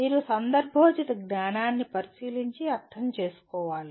మీరు సందర్భోచిత జ్ఞానాన్ని పరిశీలించి అర్థం చేసుకోవాలి